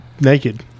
naked